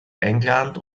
england